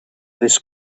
this